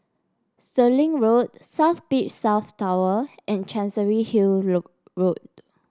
Stirling Road South Beach South Tower and Chancery Hill Road